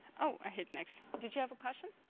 oh i hit next. did you have a question